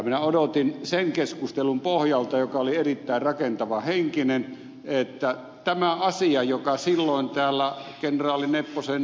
minä odotin sen keskustelun pohjalta joka oli erittäin rakentavahenkinen että tämä asia joka silloin täällä kenraali ed